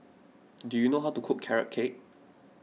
do you know how to cook Carrot Cake